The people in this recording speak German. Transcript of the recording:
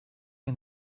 mir